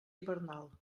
hivernal